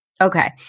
Okay